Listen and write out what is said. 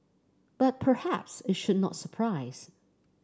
but perhaps it should not surprise